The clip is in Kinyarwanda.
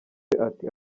ati